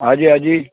હાજી હાજી